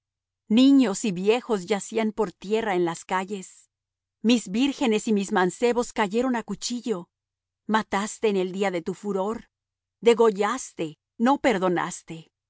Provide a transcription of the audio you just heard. niños y viejos yacían por tierra en las calles mis vírgenes y mis mancebos cayeron a cuchillo mataste en el día de tu furor degollaste no perdonaste